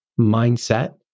mindset